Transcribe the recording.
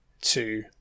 two